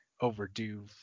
overdue